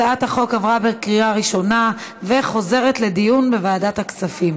הצעת החוק עברה בקריאה ראשונה וחוזרת לדיון בוועדת הכספים.